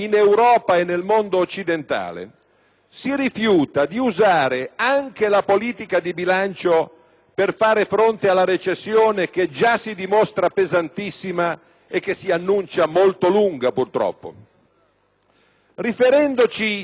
per fare fronte alla recessione che già si dimostra pesantissima e che si annuncia molto lunga, purtroppo? Riferendoci ai grandi filoni della teoria economica, le risposte a questa domanda possono essere due.